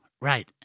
Right